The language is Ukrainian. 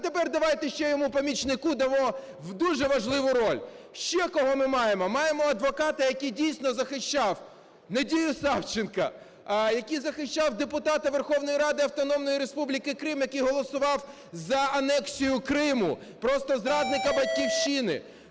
А тепер давайте ще його помічнику дамо дуже важливу роль. Ще кого ми маємо? Маємо адвоката, який, дійсно, захищав Надію Савченко, який захищав депутата Верховної Ради Автономної Республіки Крим, який голосував за анексію Криму, просто зрадника Батьківщини,